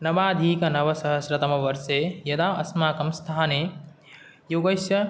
नवाधिकनवसहस्रतमवर्षे यदा अस्माकं स्थाने योगस्य